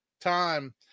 time